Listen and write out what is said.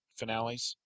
finales